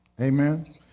Amen